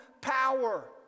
power